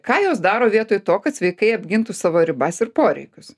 ką jos daro vietoj to kad sveikai apgintų savo ribas ir poreikius